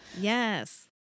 yes